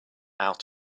out